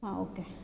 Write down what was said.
आं ओके